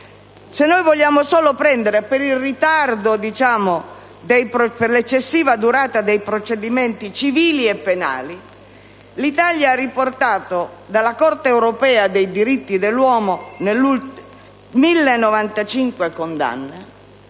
funziona. Salto il profilo dell'eccessiva durata dei procedimenti civili e penali, l'Italia ha riportato dalla Corte europea dei diritti dell'uomo 1.095 condanne,